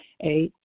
Eight